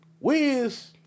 Wiz